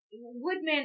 Woodman